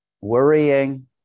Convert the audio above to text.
worrying